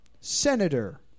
Senator